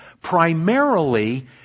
primarily